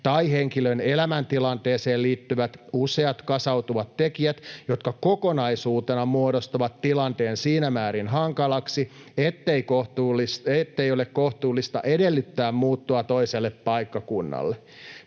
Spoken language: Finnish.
tai henkilön elämäntilanteeseen liittyvät useat kasautuvat tekijät, jotka kokonaisuutena muodostavat tilanteen siinä määrin hankalaksi, ettei ole kohtuullista edellyttää muuttoa toiselle paikkakunnalle.